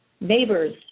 neighbors